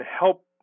help